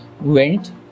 went